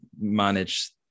manage